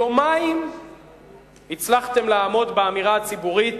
יומיים הצלחתם לעמוד באמירה הציבורית